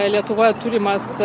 lietuvoje turimas